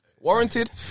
warranted